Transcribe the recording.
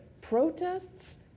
protests